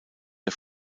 der